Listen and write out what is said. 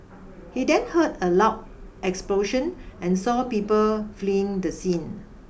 he then heard a loud explosion and saw people fleeing the scene